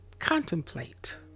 contemplate